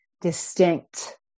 distinct